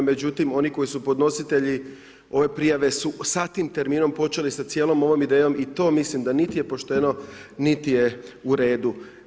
Međutim, oni koji su podnositelji ove prijave su sa tim terminom počeli sa cijelom ovom idejom i to mislim da je niti pošteno, niti je u redu.